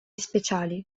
speciali